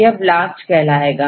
यह ब्लास्ट कहलाएगा